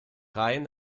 rhein